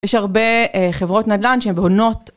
יש הרבה חברות נדל"ן שהן בעונות.